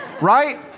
right